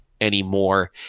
anymore